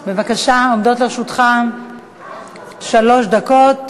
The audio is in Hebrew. בבקשה, עומדות לרשותך שלוש דקות.